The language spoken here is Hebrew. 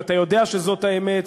ואתה יודע שזאת האמת,